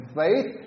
faith